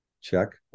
Check